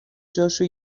جاشو